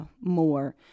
more